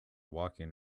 walking